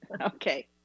Okay